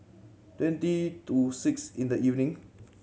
twenty to six in the evening